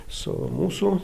su mūsų